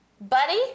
buddy